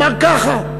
אמר: ככה.